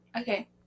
Okay